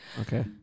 Okay